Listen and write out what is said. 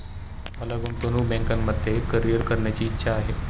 मला गुंतवणूक बँकिंगमध्ये करीअर करण्याची इच्छा आहे